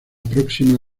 próxima